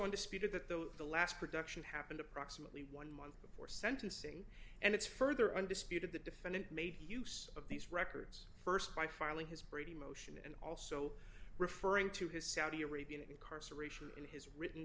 undisputed that though the last production happened approximately before sentencing and its further undisputed the defendant made use of these records st by filing his brady motion and also referring to his saudi arabian incarceration in his written